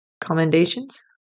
commendations